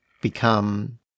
become